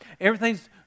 Everything's